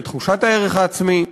בתחושת הערך העצמי.